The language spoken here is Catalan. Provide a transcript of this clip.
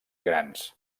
grans